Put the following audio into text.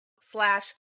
slash